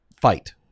fight